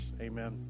Amen